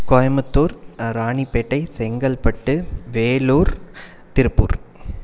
Coimbatore Ranipet Chengalpattu Vellore Tiruppur